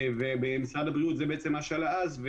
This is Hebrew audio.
ובמשרד הבריאות זה מה שעלה אז,